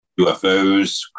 UFOs